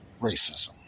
racism